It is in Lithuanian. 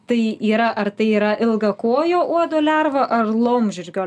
tai yra ar tai yra ilgakojo uodo lerva ar laumžirgio l